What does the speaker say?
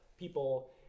people